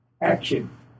Action